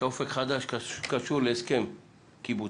ש"אופק חדש" קשור להסכם קיבוצי,